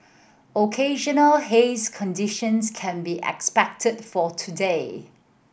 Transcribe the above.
occasional hazy conditions can be expected for today